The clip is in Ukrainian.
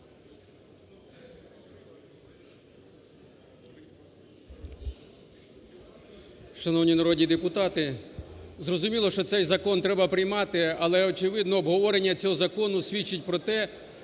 Шановні народні депутати! Зрозуміло, що цей закон треба приймати, але, очевидно, обговорення цього закону свідчить про те,